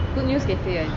good news cafe I think